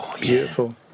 Beautiful